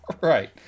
right